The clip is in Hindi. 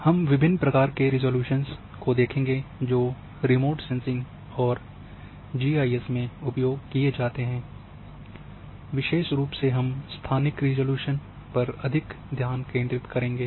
और हम विभिन्न प्रकार के रिज़ॉल्यूशन को देखेंगे जो रिमोट सेन्सिंग और जीआईएस में उपयोग किए जाते हैं विशेष रूप से हम स्थानिक रिज़ॉल्यूशन पर अधिक ध्यान केंद्रित करेंगे